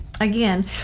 again